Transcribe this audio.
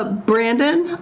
ah brandon,